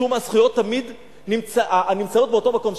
משום מה זכויות תמיד נמצאות באותו מקום.